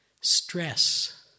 stress